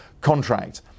contract